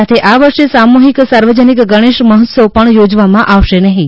સાથે આ વર્ષે સામૂહિક સાર્વજનિક ગણેશ મહોત્સવ યોજવામાં આવશે નહીં